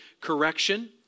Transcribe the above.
correction